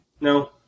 No